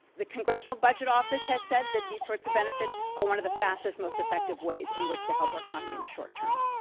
the congressional budget office has said that these sorts of benefits are one of the fastest and most effective ways in which to help our economy in the short term.